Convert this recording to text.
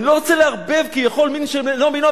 אני לא רוצה לערבב, כי יכול, מין בשאינו במינו.